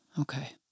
Okay